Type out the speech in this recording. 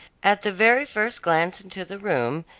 at the very first glance into the room,